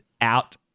Out